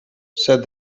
said